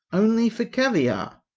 only for caviare.